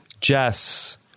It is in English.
jess